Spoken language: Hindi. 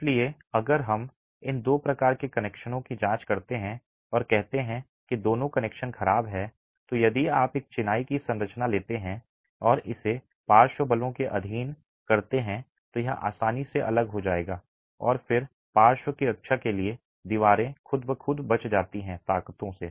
इसलिए अगर हम इन दो प्रकार के कनेक्शनों की जांच करते हैं और कहते हैं कि ये दोनों कनेक्शन खराब हैं तो यदि आप एक चिनाई की संरचना लेते हैं और इसे पार्श्व बलों के अधीन करते हैं तो यह आसानी से अलग हो जाएगा और फिर पार्श्व की रक्षा के लिए दीवारें खुद ब खुद बच जाती हैं ताकतों